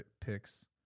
Picks